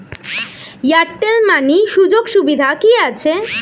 Airtel money সুযোগ সুবিধা কি আছে?